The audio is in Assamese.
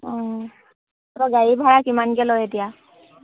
অ' ত গাড়ী ভাড়া কিমানকৈ লয় এতিয়া